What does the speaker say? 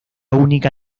única